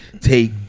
take